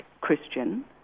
Christian